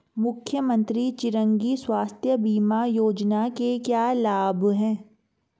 मुख्यमंत्री चिरंजी स्वास्थ्य बीमा योजना के क्या लाभ हैं?